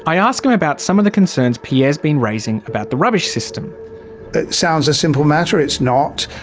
i ask him about some of the concerns pierre's been raising about the rubbish system. it sounds a simple matter, it's not,